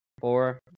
Four